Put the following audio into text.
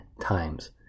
times